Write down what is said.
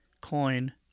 coin